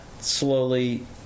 slowly